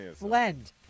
Blend